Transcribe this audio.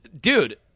dude